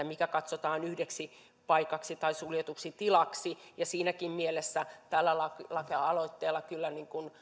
mikä katsotaan yhdeksi paikaksi tai suljetuksi tilaksi siinäkin mielessä tällä lakialoitteella kyllä